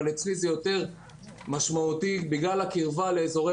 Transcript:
אבל אצלי זה משמעותי יותר בגלל הקרבה לאזורי